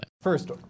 First